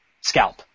scalp